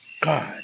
God